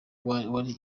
wari